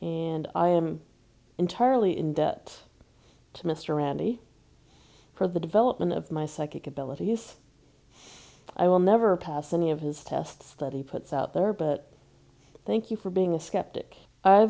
and i am entirely in debt to mr randy for the development of my psychic abilities i will never pass any of his tests that he puts out there but thank you for being a skeptic i